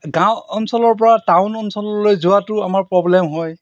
গাঁও অঞ্চলৰপৰা টাউন অঞ্চললৈ যোৱাটো আমাৰ প্ৰব্লেম হয়